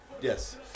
Yes